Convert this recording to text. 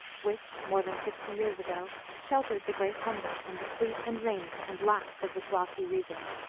which, more than sixty years ago, sheltered the great humboldt from the sleet and rain and blast of this lofty region.